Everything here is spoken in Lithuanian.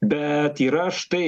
bet yra štai